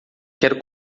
quero